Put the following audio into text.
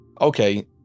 okay